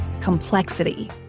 complexity